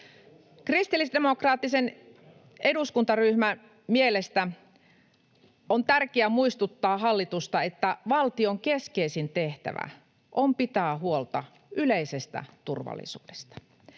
Kristillisdemokraattisen eduskuntaryhmän mielestä on tärkeää muistuttaa hallitusta, että valtion keskeisin tehtävä on pitää huolta yleisestä turvallisuudesta.